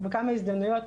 בכמה הזדמנויות,